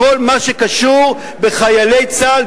בכל מה שקשור בחיילי צה"ל,